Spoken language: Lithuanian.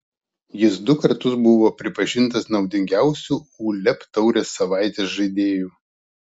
jis du kartus buvo pripažintas naudingiausiu uleb taurės savaitės žaidėju